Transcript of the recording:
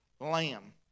lamb